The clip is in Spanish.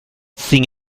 sin